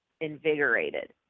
invigorated